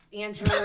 Andrew